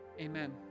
amen